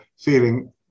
feeling